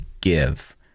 give